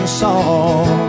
song